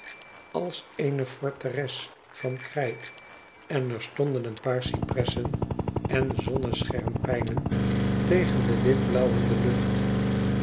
als eene forteres van krijt en er stonden een paar cypressen en zonneschermpijnen tegen de wit blauwende lucht